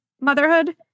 motherhood